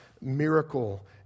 miracle